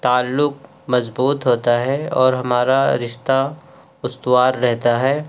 تعلق مضبوط ہوتا ہے اور ہمارا رشتہ استوار رہتا ہے